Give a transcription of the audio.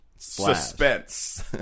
Suspense